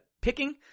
picking